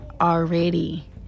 already